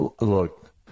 Look